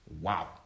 Wow